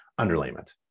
underlayment